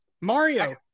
Mario